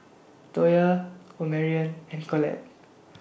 Toya Omarion and Collette